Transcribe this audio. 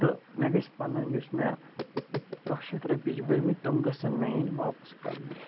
تہٕ مےٚ گژھِ پَنٕنۍ یُس مےٚ کَہہ شَتھ رۄپیہِ چھِ بٔرۍمٕتۍ تِم گژھن مےٚ یِنۍ واپَس کَرنہٕ